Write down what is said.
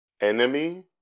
enemy